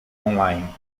online